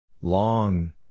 Long